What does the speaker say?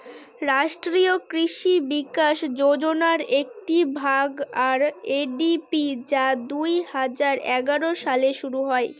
রাষ্ট্রীয় কৃষি বিকাশ যোজনার একটি ভাগ আর.এ.ডি.পি যা দুই হাজার এগারো সালে শুরু করা হয়